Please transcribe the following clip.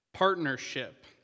partnership